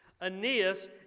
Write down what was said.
Aeneas